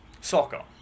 Soccer